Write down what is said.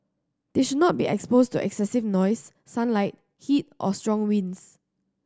they should not be exposed to excessive noise sunlight heat or strong winds